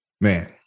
man